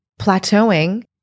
plateauing